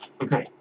Okay